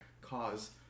cause